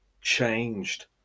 changed